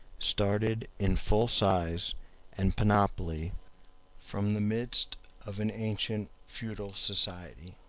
started in full size and panoply from the midst of an ancient feudal society.